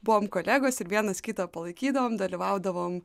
buvom kolegos ir vienas kitą palaikydavom dalyvaudavom